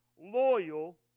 loyal